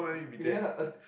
ya